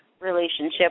relationship